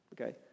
Okay